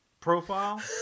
profile